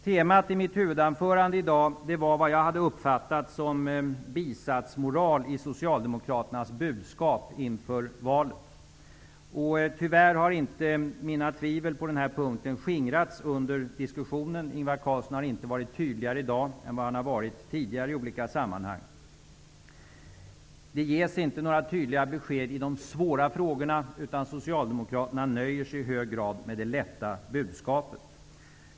Temat i mitt huvudanförande i dag var det som jag uppfattat som ''bisatsmoral'' i Socialdemokraternas budskap inför valet. Tyvärr har inte mina tvivel på denna punkt skingrats under diskussionen. Ingvar Carlsson har inte varit tydligare i dag än vad han har varit tidigare i olika sammanhang. Det ges inte några tydliga besked i de svåra frågorna, utan Socialdemokraterna nöjer sig i hög grad med det lätta budskapet.